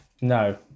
No